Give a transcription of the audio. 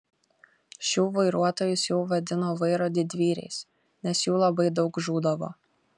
šių vairuotojus jau vadino vairo didvyriais nes jų labai daug žūdavo